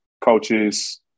coaches